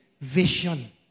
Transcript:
vision